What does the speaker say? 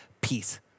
peace